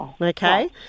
Okay